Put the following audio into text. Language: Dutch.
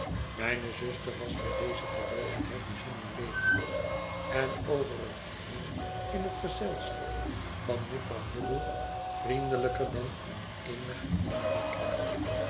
mijne zuster was bij deze gelegenheid bijzonder levendig en over het geheel in het gezelschap van jufvrouw hubble vriendelijker dan in eenigen anderen kring